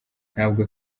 ntabwo